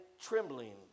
trembling